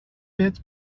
بهت